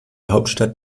hauptstadt